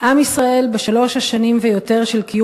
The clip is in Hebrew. עם ישראל בשלוש השנים ויותר של קיום